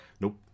nope